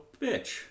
bitch